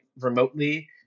remotely